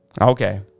Okay